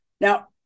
Now